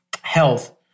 health